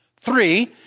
Three